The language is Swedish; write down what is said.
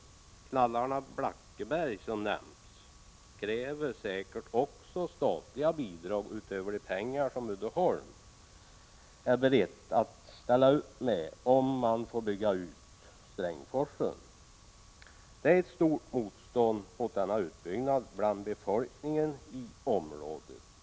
Knallarna-Blackeberg, som nämnts, kräver säkert också statliga bidrag utöver de pengar som Uddeholm är berett att ställa upp med om Strängsforsen får utbyggas. Det är ett stort motstånd mot denna utbyggnad bland befolkningen i området.